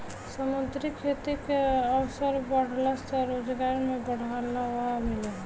समुंद्री खेती के अवसर बाढ़ला से रोजगार में बढ़ावा मिलेला